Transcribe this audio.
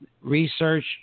Research